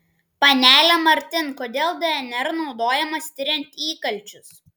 panele martin kodėl dnr naudojamas tiriant įkalčius